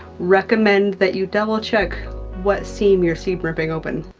recommend that you double-check what seam you're seam ripping open.